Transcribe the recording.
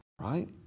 Right